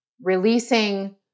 releasing